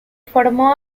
formó